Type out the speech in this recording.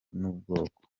n’ubwoko